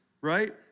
right